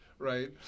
Right